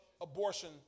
abortion